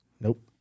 Nope